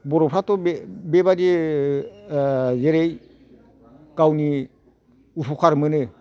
बर'फ्राथ' बे बेबायदि जेरै गावनि उफुखार मोनो